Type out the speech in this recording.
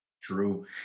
true